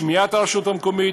שמיעת הרשות המקומית,